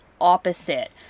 opposite